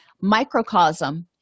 microcosm